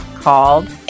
called